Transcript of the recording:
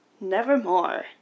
Nevermore